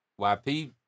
yp